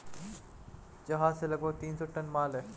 जहाज में लगभग तीन सौ टन माल है